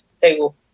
table